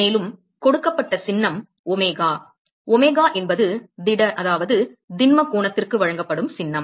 மேலும் கொடுக்கப்பட்ட சின்னம் ஒமேகா ஒமேகா என்பது திட திண்ம கோணத்திற்கு வழங்கப்படும் சின்னம்